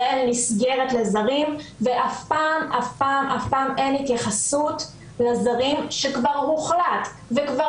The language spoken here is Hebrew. ישראל נסגרת לזרים ואף פעם אף פעם אין התייחסות לזרים שכבר הוחלט וכבר